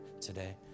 today